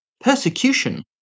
Persecution